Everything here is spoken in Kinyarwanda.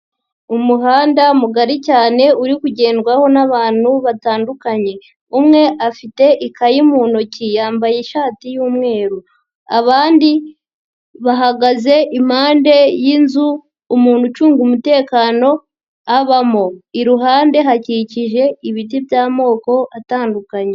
Umuhanda mugari cyane uri kugendwaho n'abantu batandukanye. Umwe afite ikayi mu ntoki yambaye ishati y'umweru. Abandi bahagaze impande y'inzu umuntu ucunga umutekano abamo. Iruhande hakikije ibiti by'amoko atandukanye.